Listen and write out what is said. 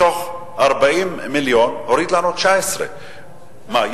מתוך 40 מיליון הוא הוריד לנו 19. מה,